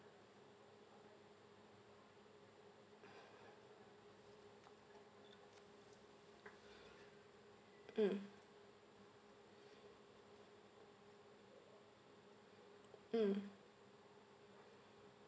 mm mm